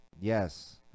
Yes